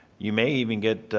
you may even get